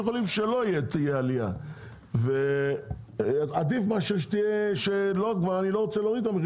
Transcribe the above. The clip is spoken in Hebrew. שלא תהיה עלייה אם אנחנו לא מצליחים להוריד.